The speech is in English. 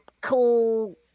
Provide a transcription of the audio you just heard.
cool